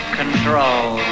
control